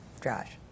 Josh